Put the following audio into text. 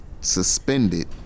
suspended